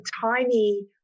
tiny